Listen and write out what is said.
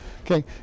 Okay